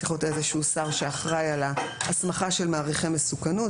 צריך להיות איזשהו שר שאחראי על ההסמכה של מעריכי מסוכנות.